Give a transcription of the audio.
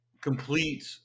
complete